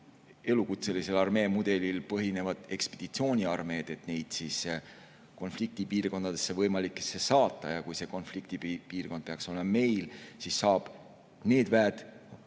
elukutselise armee mudelil põhinevad ekspeditsiooniarmeed, et neid siis võimalikesse konfliktipiirkondadesse saata. Ja kui see konfliktipiirkond peaks olema meil, siis saavad need väed